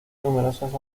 numerosas